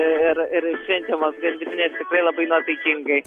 švenčiamos gandrinės tikrai labai nuotaikingai